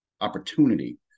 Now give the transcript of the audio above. opportunity